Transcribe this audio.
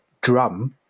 drum